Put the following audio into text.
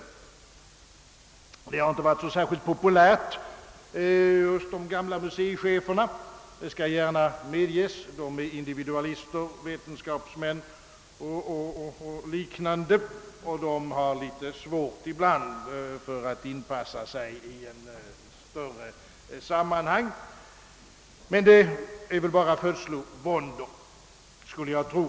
Jag skall gärna medge, att detta inte varit så särskilt populärt hos de gamla museicheferna — de är individualister i sin egenskap av vetenskapsmän och har ibland litet svårt att inpassa sig i ett större sammanhang. Men det är bara födslovåndor, skulle jag tro.